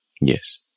Yes